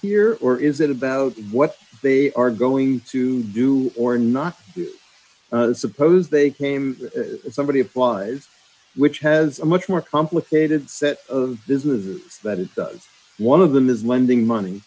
here or is it about what they are going to do or not do suppose they came at somebody applies which has a much more complicated set of businesses that it does one of them is lending money